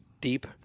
deep